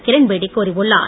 கிரண்பேடி கூறியுள்ளார்